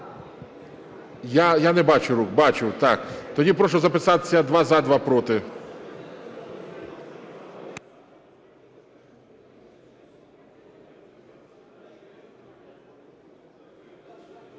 Я не бачу рук. Бачу, так. Тоді прошу записатися: два – за, два – проти.